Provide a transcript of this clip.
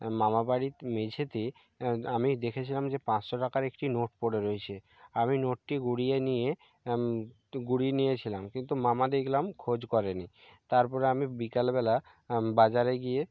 মামাবাড়ির মেঝেতে আমি দেখেছিলাম যে পাঁচশো টাকার একটি নোট পড়ে রয়েছে আমি নোটটি কুড়িয়ে নিয়ে কুড়িয়ে নিয়েছিলাম কিন্তু মামা দেখলাম খোঁজ করেনি তারপর আমি বিকালবেলা বাজারে গিয়ে